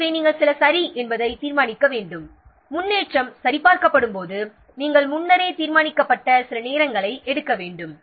எனவே சில சரி என்பதை தீர்மானிக்க வேண்டும் முன்னேற்றம் சரிபார்க்கப்படும்போது முன்னரே தீர்மானிக்கப்பட்ட சில நேரங்களை எடுக்க வேண்டும்